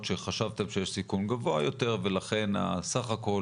שחשבתם שיש סיכון גבוה יותר ולכן הסך כול